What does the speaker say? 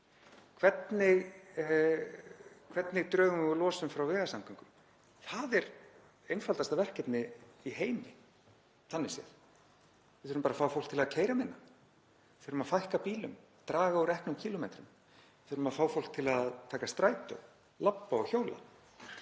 Hvernig drögum við úr losun frá vegasamgöngum? Það er einfaldasta verkefni í heimi þannig séð. Við þurfum bara að fá fólk til að keyra minna, þurfum að fækka bílum og draga úr eknum kílómetrum. Við þurfum að fá fólk til að taka strætó, labba og hjóla.